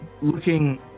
looking